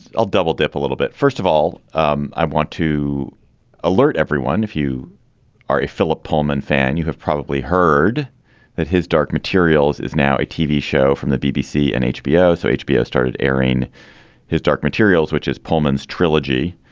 i'll double dip a little bit first of all um i want to alert everyone if you are a philip pullman fan you have probably heard that his dark materials is now a tv show from the bbc and hbo so hbo started airing his dark materials which is pullman's trilogy